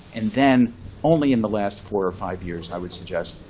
and then only in the last four or five years, i would suggest,